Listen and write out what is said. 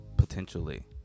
Potentially